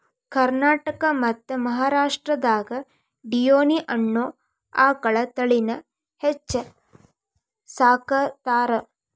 ಕರ್ನಾಟಕ ಮತ್ತ್ ಮಹಾರಾಷ್ಟ್ರದಾಗ ಡಿಯೋನಿ ಅನ್ನೋ ಆಕಳ ತಳಿನ ಹೆಚ್ಚ್ ಸಾಕತಾರ